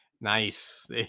Nice